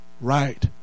right